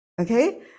okay